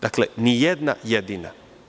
Dakle, ni jedna jedina.